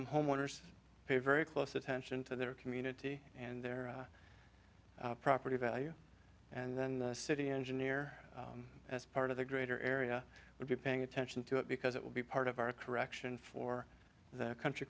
i'm homeowners pay very close attention to their community and their property value and then the city engineer as part of the greater area would be paying attention to it because it will be part of our correction for the country